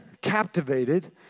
captivated